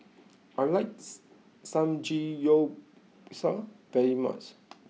I likes Samgeyopsal very much